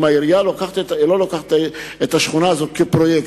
אם העירייה לא לוקחת את השכונה הזאת כפרויקט,